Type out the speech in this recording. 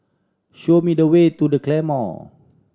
show me the way to The Claymore